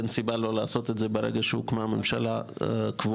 אין סיבה לא לעשות את זה ברגע שהוקמה הממשלה הקבועה.